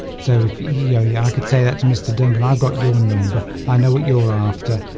so if yeah yeah i could say that to mr. duncan i've got your number i know what you're after